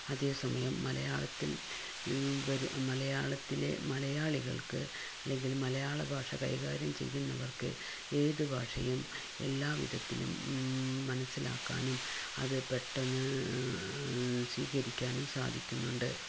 അതെ സമയം മലയാളത്തില് വരാ മലയാളത്തിലെ മലയാളികള്ക്ക് അല്ലെങ്കില് മലയാള ഭാഷ കൈകാര്യം ചെയ്യുന്നവര്ക്ക് ഏതുഭാഷയും എല്ലാവിധത്തിലും മനസ്സിലാക്കാനും അത് പെട്ടന്ന് സ്വീകരിക്കാനും സാധിക്കുന്നുണ്ട്